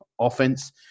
offense